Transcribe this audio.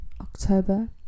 October